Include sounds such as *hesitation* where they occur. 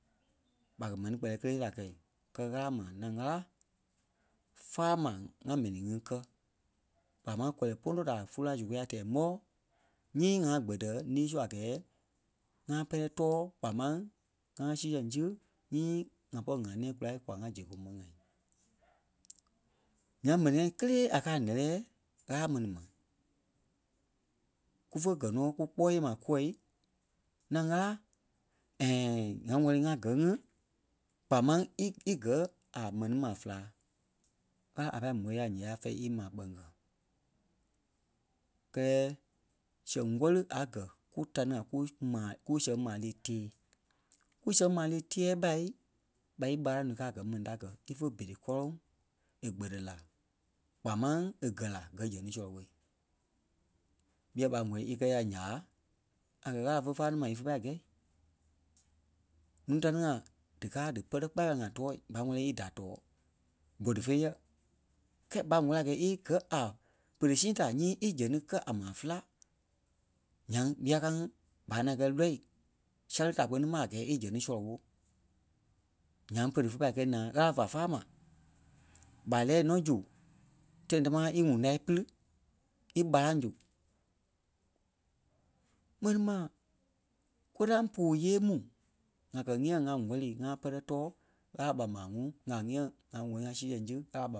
ɓa kɛ́ mɛni kpɛtɛ kélee da kɛ̂i, kɛ Ɣâla mai ńâŋ Ɣâla fáa ma ŋa mɛnii ŋí kɛ̀ kpaa máŋ kɔlɛ pono da fúlu-laa su kôya tɛɛ mɓɔ̀ nyii ŋa kpɛtɛ lîi su a gɛɛ ŋa pɛrɛ tɔo kpaa máŋ ŋa sii sɛŋ zi nyii ŋa pɔri ŋa nɛ̃ɛ kula kwa ŋa gikomo-ŋa. Nyaŋ m̀ɛnii ŋa kélee a káa a lɛ́lɛɛ Ɣâla mɛni mai. Kufe gɛ nɔ kúkpɔɔi nyêei ma kuwɔ̂i ńâŋ Ɣâla *hesitation* ŋa ŋwɛ́li ŋa gɛ ŋí kpaa máŋ í- í gɛ a mɛni maa fela. Ɣâla a pâi mói ya nyɛɛ ya fɛ̂ɛ ímaa kpɛŋ kɛ. Kɛlɛ sɛŋ wɛli a gɛ̀ ku ta ní ŋai ku maa- kú sɛŋ maa lîi tee. Kú seŋ maa lîi téɛɛ ɓa, ɓa ímaraŋ nuu kaa gɛ mɛni da gɛ́ ífe berei kɔlɔŋ gbɛ̀tɛ la kpaa máŋ é gɛ la gɛ́ zɛŋ tí sɔlɔ ɓo. ɓîɛ ɓa wɛli íkɛ yɛ̂ nyaa íkɛ Ɣâla fé fàa tí maa ífe pâi gɛ̂i. Núu ta ní ŋai díkaa dí pɛrɛ kpaya kpaya ŋai tɔɔ ɓa wɛli í da tɔ̂ɔ bɔlu fé yɛ̂. Kɛ́ɛ ɓa wɛli a gɛɛ í gɛ a pere sii da nyii í sɛŋ tí kɛ̀ a maa féla nyaŋ ɓîa káa ŋí ɓa naa kɛ́ lɔ̀ɔi sale ta kpɛ́ni ma a gɛɛ í zɛŋ tí sɔlɔ ɓo nyaŋ pere fe pâi kɛ̂i naa Ɣâla và fàa ma. ɓa lɛ́ɛ nɔ́ zu tãi támaa íŋuŋ la ípili, íkparaŋ zu. Mɛnii ma koraŋ puu yêei mu ŋa kɛ́ *unintelligible* ŋa ŋwɛli ŋa pɛrɛ tɔɔ Ɣâla ɓa maa ŋuŋ ŋa *unintelligible* ŋa ŋwɛli ŋa sii sɛŋ zi Ɣâla ɓa